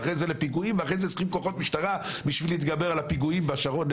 ואז כוחות משטרה צריכים להתגבר על הפיגועים בשרון.